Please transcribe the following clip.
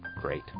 Great